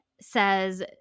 says –